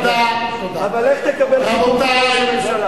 תודה רבה, אדוני.